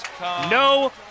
No